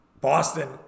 Boston